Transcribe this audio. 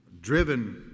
Driven